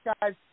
guys